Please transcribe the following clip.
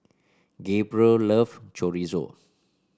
Gabrielle love Chorizo